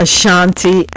Ashanti